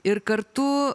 ir kartu